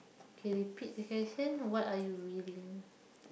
can repeat the question what are you willing